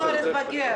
אושרה.